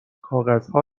کاغذها